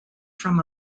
from